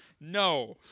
No